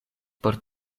por